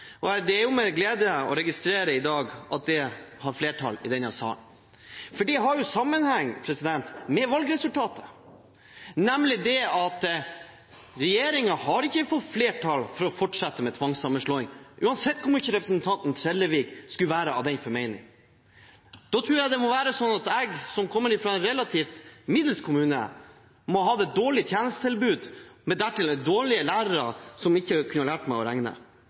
For det har jo sammenheng med valgresultatet, nemlig at regjeringen ikke har fått flertall for å fortsette med tvangssammenslåing, uansett hvor mye representanten Trellevik skulle være av den formening. Da må det være slik at jeg, som kommer fra en middels stor kommune, må ha hatt et dårlig tjenestetilbud med dertil dårlige lærere som ikke har kunnet lære meg å regne.